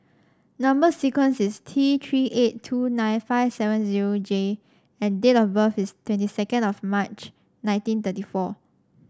number sequence is T Three eight two nine five seven zero J and date of birth is twenty second of March nineteen thirty four